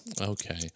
Okay